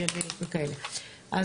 את